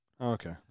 Okay